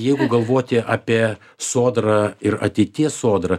jeigu galvoti apie sodrą ir ateities sodrą